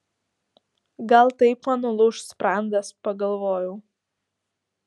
gal taip man nulūš sprandas pagalvojau